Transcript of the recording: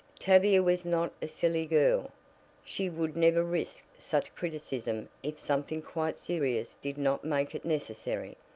tavia was not a silly girl she would never risk such criticism if something quite serious did not make it necessary.